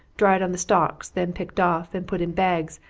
dried on the stalks, then picked off, and put in bags,